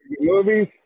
movies